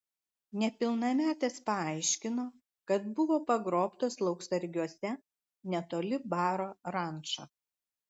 nepilnametės paaiškino kad buvo pagrobtos lauksargiuose netoli baro ranča